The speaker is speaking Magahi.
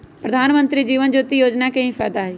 प्रधानमंत्री जीवन ज्योति योजना के की फायदा हई?